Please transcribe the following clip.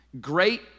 Great